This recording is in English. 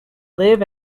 live